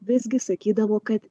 visgi sakydavo kad